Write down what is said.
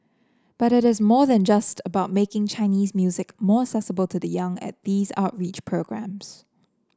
but it is more than just about making Chinese music more accessible to the young at these outreach programmes